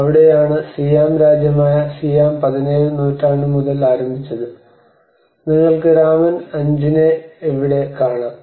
അവിടെയാണ് സിയാം സാമ്രാജ്യമായ സിയാം പതിനേഴാം നൂറ്റാണ്ട് മുതൽ ആരംഭിച്ചത് നിങ്ങൾക്ക് രാമൻ 5 നെ അവിടെ കാണാം